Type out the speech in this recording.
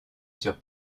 sur